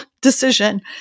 decision